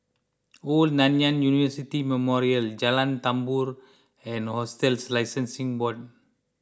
Old Nanyang University Memorial Jalan Tambur and Hotels Licensing Board